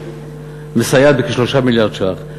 שמסייעת בכ-3 מיליארד ש"ח.